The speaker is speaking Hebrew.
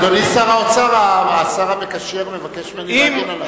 אדוני שר האוצר, השר המקשר מבקש ממני להגן עליו.